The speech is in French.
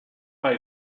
pas